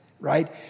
right